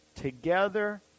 together